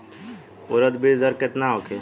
उरद बीज दर केतना होखे?